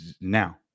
now